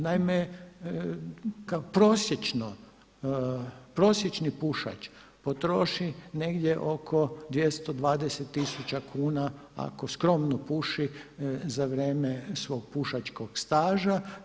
Naime, prosječni pušač potroši negdje oko 220 tisuća kuna ako skromno puši za vrijeme svog pušačkog staža.